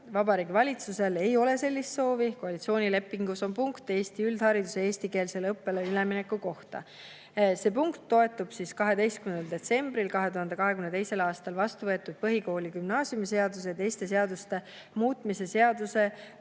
Vabariigi Valitsusel ei ole sellist soovi. Koalitsioonilepingus on punkt Eesti üldhariduse eestikeelsele õppele ülemineku kohta. See punkt toetub 12. detsembril 2022. aastal vastu võetud põhikooli- ja gümnaasiumiseaduse ja teiste seaduste muutmise seadusele